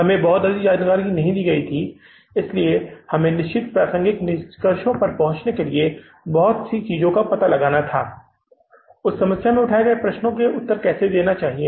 हमें बहुत अधिक जानकारी नहीं दी गई थी इसलिए हमें निश्चित प्रासंगिक निष्कर्षों पर पहुंचने के लिए बहुत सी चीजों का पता लगाना था उस समस्या में उठाए गए प्रश्नों का उत्तर कैसे देना चाहिए